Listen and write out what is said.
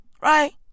right